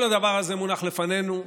כל הדבר הזה מונח לפנינו.